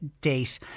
date